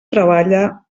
treballa